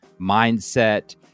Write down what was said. mindset